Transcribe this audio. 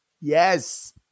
Yes